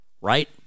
right